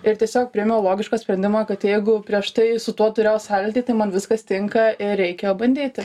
ir tiesiog priėmiau logišką sprendimą kad jeigu prieš tai su tuo turėjau sąlytį tai man viskas tinka ir reikia bandyti